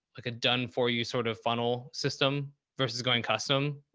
like a done for you sort of funnel system versus going custom.